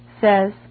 says